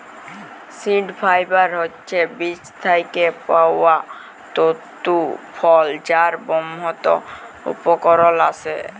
seed fibre হছে বীজ থ্যাইকে পাউয়া তল্তু ফল যার বহুত উপকরল আসে